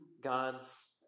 God's